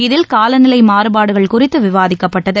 இதில் காலநிலை மாறபாடுகள் குறித்து விவாதிக்கப்பட்டது